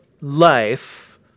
life